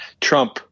Trump